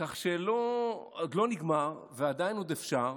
כך שעוד לא נגמר ועדיין אפשר.